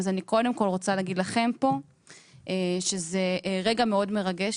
אז אני קודם כל רוצה להגיד לכם פה שזה רגע מאוד מרגש